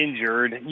injured